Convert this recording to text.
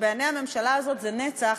ובעיני הממשלה הזאת זה נצח,